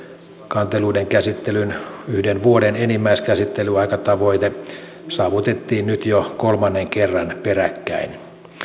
kanteluiden käsittelyn yhden vuoden enimmäiskäsittelyaikatavoite saavutettiin nyt jo kolmannen kerran peräkkäin